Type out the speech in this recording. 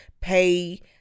pay